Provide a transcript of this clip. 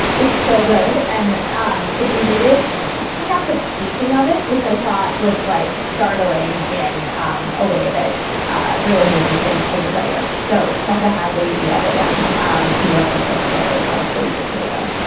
it's so good. and um if you read it, just check out the pacing of it, which i thought was like startling in um a way that really made me think as a writer. so tessa hadley, the other one um new yorker short story from a week or two ago,